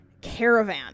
Caravan